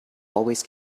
always